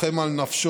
שלחם על נפשו,